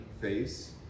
face